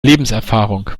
lebenserfahrung